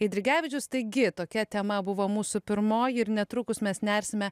eidrigevičius taigi tokia tema buvo mūsų pirmoji ir netrukus mes nersime